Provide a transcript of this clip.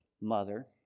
mother